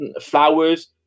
flowers